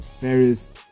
various